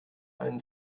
einen